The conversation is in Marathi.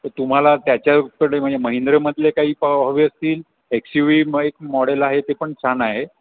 तर तुम्हाला त्याच्याकडे म्हणजे महिंद्रामधले काही प हवे असतील एक्स यू वी मग एक मॉडेल आहे ते पण छान आहे